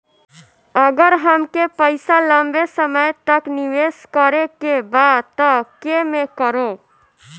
अगर हमके पईसा लंबे समय तक निवेश करेके बा त केमें करों?